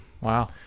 wow